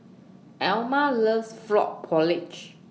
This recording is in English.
Alma loves Frog Porridge